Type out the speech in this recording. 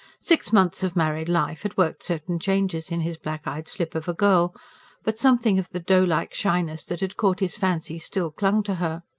six months of married life had worked certain changes in his black-eyed slip of a girl but something of the doe-like shyness that had caught his fancy still clung to her.